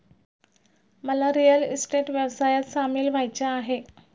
मला real estate व्यवसायात सामील व्हायचे आहे